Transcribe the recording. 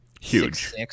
huge